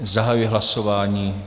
Zahajuji hlasování.